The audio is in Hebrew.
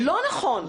לא נכון.